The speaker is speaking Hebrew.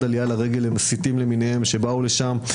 עלייה לרגל למסיתים למיניהם שבאו לשם,